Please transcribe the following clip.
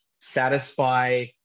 satisfy